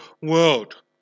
world